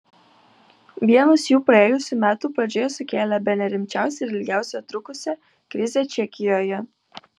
vienas jų praėjusių metų pradžioje sukėlė bene rimčiausią ir ilgiausiai trukusią krizę čekijoje